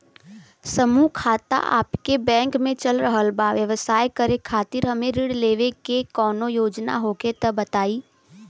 समूह खाता आपके बैंक मे चल रहल बा ब्यवसाय करे खातिर हमे ऋण लेवे के कौनो योजना होखे त बताई?